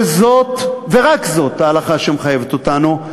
וזאת ורק זאת ההלכה שמחייבת אותנו,